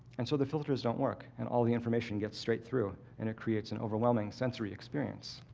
and so the filters don't work and all the information gets straight through. and it creates an overwhelming sensory experience.